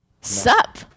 Sup